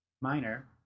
minor